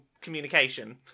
communication